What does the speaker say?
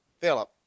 Philip